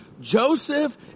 Joseph